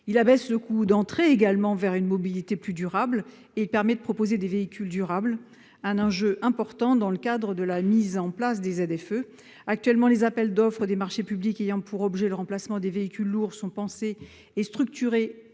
abaisse le coût d'entrée vers une mobilité plus durable et permet de proposer des véhicules durables, enjeu crucial dans le cadre de la mise en place des zones à faibles émissions. Les appels d'offres des marchés publics ayant pour objet le remplacement de véhicules lourds sont pensés et structurés